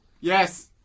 yes